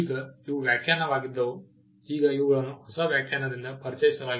ಈಗ ಇವು ವ್ಯಾಖ್ಯಾನವಾಗಿದ್ದವು ಈಗ ಇವುಗಳನ್ನು ಹೊಸ ವ್ಯಾಖ್ಯಾನದಿಂದ ಪರಿಚಯಿಸಲಾಗಿದೆ